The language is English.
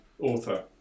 Author